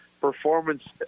performance